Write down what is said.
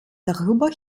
darüber